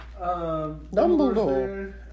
Dumbledore